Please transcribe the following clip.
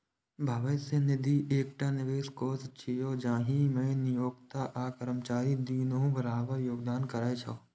भविष्य निधि एकटा निवेश कोष छियै, जाहि मे नियोक्ता आ कर्मचारी दुनू बराबर योगदान करै छै